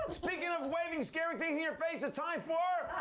speaking of waving scary things in your face, it's time for